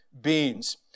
beings